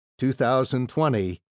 2020